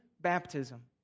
baptism